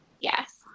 Yes